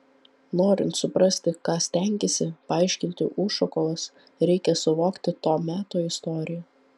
norint suprasti ką stengėsi paaiškinti ušakovas reikia suvokti to meto istoriją